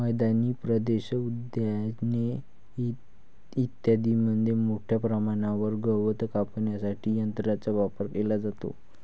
मैदानी प्रदेश, उद्याने इत्यादींमध्ये मोठ्या प्रमाणावर गवत कापण्यासाठी यंत्रांचा वापर केला जातो